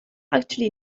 actually